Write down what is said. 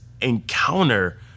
encounter